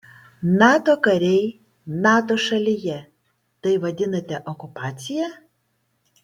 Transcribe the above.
nato kariai nato šalyje tai vadinate okupacija